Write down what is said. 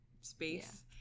space